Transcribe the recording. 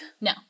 No